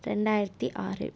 ரெண்டாயிரத்தி ஆறு